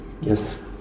Yes